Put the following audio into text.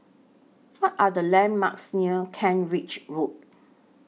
What Are The landmarks near Kent Ridge Road